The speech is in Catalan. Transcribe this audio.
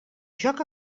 joc